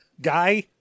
Guy